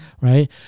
Right